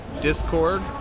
Discord